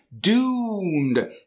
Doomed